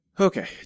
okay